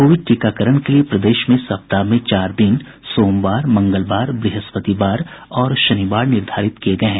Covid टीकाकरण के लिये प्रदेश में सप्ताह में चार दिन सोमवार मंगलवार ब्रहस्पतिवार और शनिवार निर्धारित किये गये हैं